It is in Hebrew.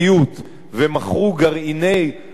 ומכרו גרעיני שליטה,